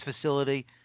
facility